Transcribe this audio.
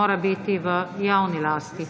mora biti v javni lasti.